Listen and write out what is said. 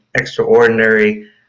extraordinary